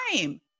time